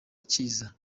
kiza